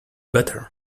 better